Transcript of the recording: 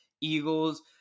Eagles